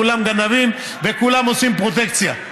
כולם גנבים וכולם עושים פרוטקציה.